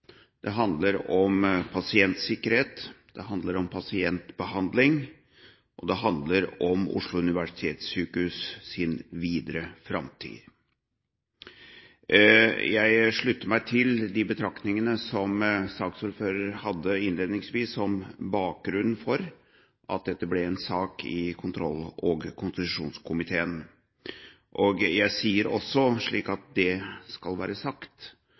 Det handler om pasientsikkerhet. Det handler om pasientbehandling, og det handler om Oslo universitetssykehus' videre framtid. Jeg slutter meg til de betraktningene som saksordføreren hadde innledningsvis om bakgrunnen for at dette ble en sak i kontroll- og konstitusjonskomiteen. Jeg sier også, slik at det skal være sagt,